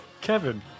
Kevin